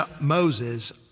Moses